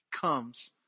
comes